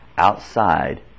Outside